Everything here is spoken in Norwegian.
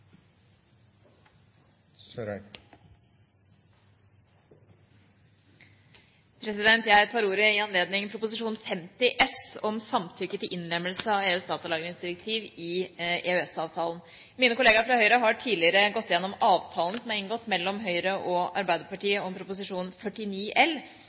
imot. Jeg tar ordet i anledning Prop. 50 S om samtykke til innlemmelse av EUs datalagringsdirektiv i EØS-avtalen. Mine kollegaer fra Høyre har tidligere gått gjennom avtalen som er inngått mellom Høyre og